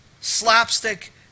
slapstick